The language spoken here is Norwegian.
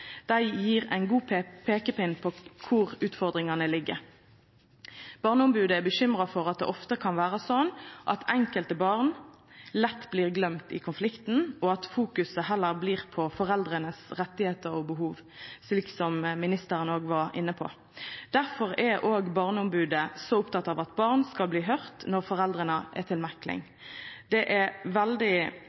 Dei gjev ein god peikepinn på kvar utfordringane ligg. Barneombodet er bekymra for at det ofte kan vera sånn at enkelte barn lett blir gløymde i konflikten, og at fokuset heller blir på foreldra sine rettar og behov, slik som ministeren òg var inne på. Difor er òg Barneombodet så oppteke av at barn skal bli høyrde når foreldra er til mekling. Det er eit veldig